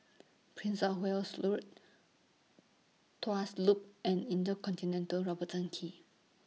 Prince of Wales Road Tuas Loop and InterContinental Roberton Quay